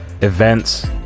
events